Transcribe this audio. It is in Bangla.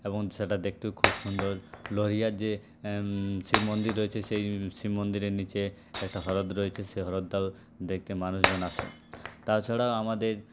এবং সেটা দেখতেও খুব সুন্দর লোহিয়ার যে শিব মন্দির রয়েছে সেই শিব মন্দিরের নিচে একটা হ্রদ রয়েছে সেই হ্রদটাও দেখতে মানুষজন আসে তাছাড়াও আমাদের